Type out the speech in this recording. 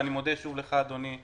אני מודה שוב לך אדוני.